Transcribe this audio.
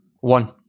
one